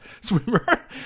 swimmer